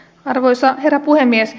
arvoisa herra puhemies